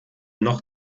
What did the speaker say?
noch